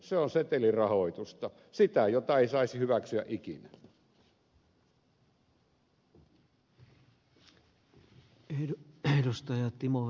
se on setelirahoitusta sitä mitä ei saisi hyväksyä ikinä